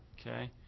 Okay